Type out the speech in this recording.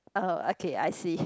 uh okay I see